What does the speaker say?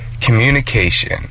communication